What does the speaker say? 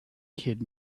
kid